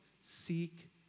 seek